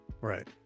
Right